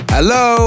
Hello